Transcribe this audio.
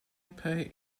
pay